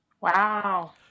Wow